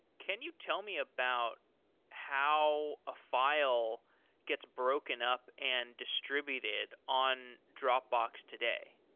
can you tell me about how a file gets broken up and distributed on dropbox today?